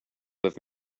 have